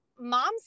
moms